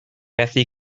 methu